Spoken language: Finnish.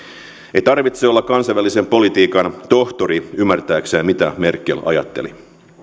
ei tarvitse olla kansainvälisen politiikan tohtori ymmärtääkseen mitä merkel ajatteli